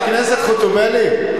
חברת הכנסת חוטובלי,